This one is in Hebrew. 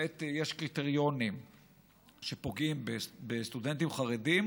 שבאמת יש קריטריונים שפוגעים בסטודנטים חרדים,